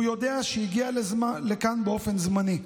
והוא יודע שהגיע לכאן באופן זמני.